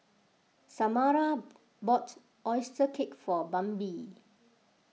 Samara bought Oyster Cake for Bambi